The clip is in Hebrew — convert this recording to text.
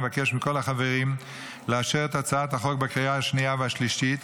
נבקש מכל החברים לאשר את הצעת החוק בקריאה השנייה והשלישית,